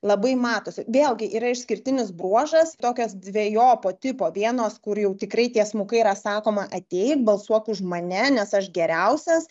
labai matosi vėlgi yra išskirtinis bruožas tokios dvejopo tipo vienos kur jau tikrai tiesmukai yra sakoma ateik balsuok už mane nes aš geriausias